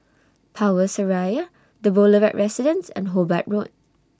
Power Seraya The Boulevard Residence and Hobart Road